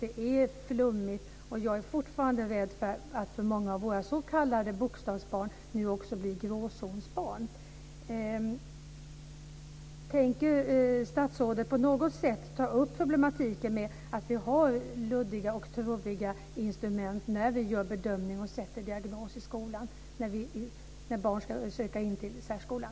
Det är flummigt, och jag är fortfarande rädd för att för många av våra s.k. bokstavsbarn nu också blir gråzonsbarn. Tänker statsrådet på något sätt ta upp problematiken att vi har luddiga och trubbiga instrument när vi gör bedömningen och ställer diagnosen i skolan när barn ska söka in till särskolan?